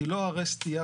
כי לא הרי סטייה